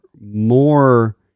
more